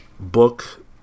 book